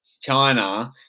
China